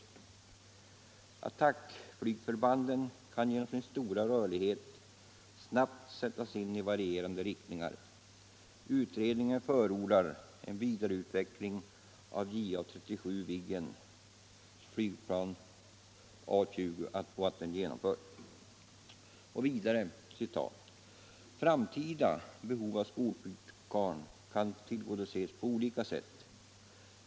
Attackflygförbanden kan genom sin stora rörlighet snabbt sättas in i varierande riktningar. Utredningen förordar Vidare säger utredningen: ”Framtida behov av skolflygplan kan tillgodoses på olika sätt.